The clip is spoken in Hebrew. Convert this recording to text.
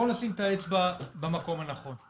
בואו נשים את האצבע במקום הנכון.